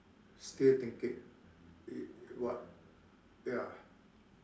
still thinking it what ya